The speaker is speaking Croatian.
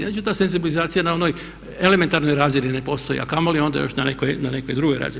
Znači ta senzibilizacija na onoj elementarnoj razini ne postoji, a kamoli onda još na nekoj drugoj razini.